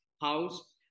house